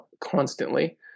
constantly